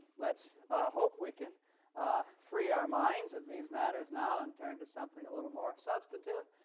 let's hope we can free our minds of these matters now and turn to something a little more substantive,